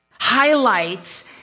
highlights